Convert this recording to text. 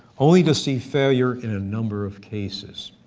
only to see failure in a number of cases.